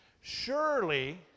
Surely